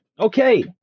okay